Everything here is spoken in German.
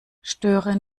störe